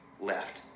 left